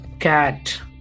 cat